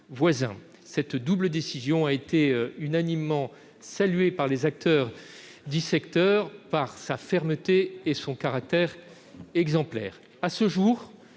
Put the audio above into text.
Cette double décision a été unanimement saluée par les acteurs du secteur, en raison de sa fermeté et de son caractère exemplaire.